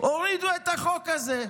הורידו את החוק הזה.